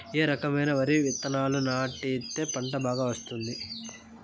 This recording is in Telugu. ఏ రకమైన వరి విత్తనాలు వాడితే పంట బాగా వస్తుంది?